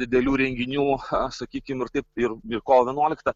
didelių renginių cha sakykim ir taip ir ir kovo vienuoliktą